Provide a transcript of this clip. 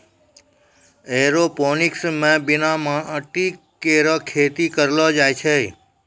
aeroponics म बिना माटी केरो खेती करलो जाय छै